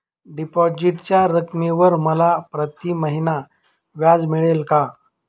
डिपॉझिटच्या रकमेवर मला प्रतिमहिना व्याज मिळेल का?